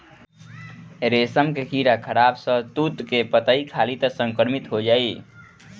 रेशम के कीड़ा खराब शहतूत के पतइ खाली त संक्रमित हो जाई